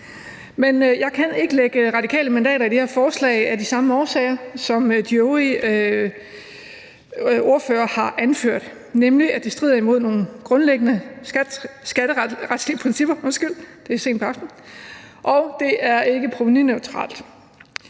Men jeg kan ikke lægge radikale mandater i det her forslag af de samme årsager, som de øvrige ordførere har anført, nemlig at det strider imod nogle grundlæggende skatteretlige principper og det ikke er provenuneutralt.